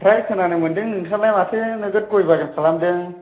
आमफ्राय खोनानो मोनदों नोंस्रालाय माथो नोगोद गय बागान खालामदों